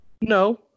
No